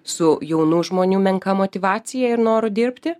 su jaunų žmonių menka motyvacija ir noru dirbti